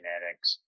genetics